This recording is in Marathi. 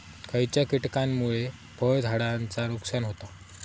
खयच्या किटकांमुळे फळझाडांचा नुकसान होता?